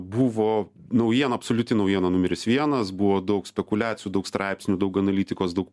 buvo naujiena absoliuti naujiena numeris vienas buvo daug spekuliacijų daug straipsnių daug analitikos daug